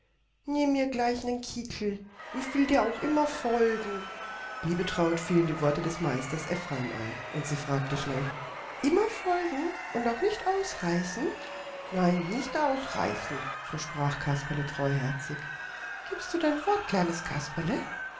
näh mir gleich nen kittel ich will dir auch immer folgen liebetraut fielen die worte des meisters ephraim ein und sie fragte schnell immer folgen und auch nicht ausreißen nein nicht ausreißen versprach kasperle treuherzig gibst du dein wort kleines kasperle